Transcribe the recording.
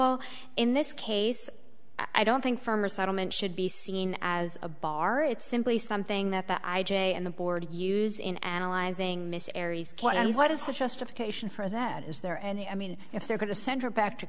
al in this case i don't think for settlement should be seen as a bar it's simply something that the i j a and the board use in analyzing miscarries what is the justification for that is there any i mean if they're going to send her back to